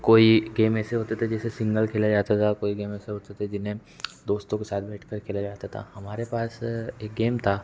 कोई गेम ऐसे होते थे जिसे सिंगल खेला जाता था कोई गेम ऐसे होते थे जिन्हें दोस्तों के साथ बैठ कर खेला जाता था हमारे पास एक गेम था